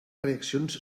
reaccions